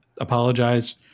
apologize